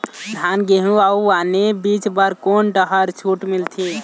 धान गेहूं अऊ आने बीज बर कोन डहर छूट मिलथे?